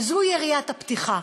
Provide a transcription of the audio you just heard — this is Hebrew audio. וזוהי יריית הפתיחה.